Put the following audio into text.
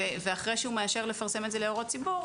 ואחרי שמאשר לפרסם את זה להערות ציבור,